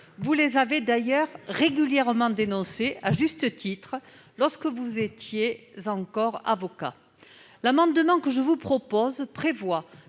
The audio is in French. vous avez d'ailleurs régulièrement dénoncées, à juste titre, lorsque vous étiez encore avocat. Par cet amendement, je vous propose que